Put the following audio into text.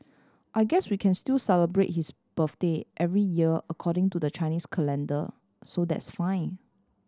I guess we can still celebrate his birthday every year according to the Chinese calendar so that's fine